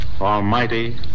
Almighty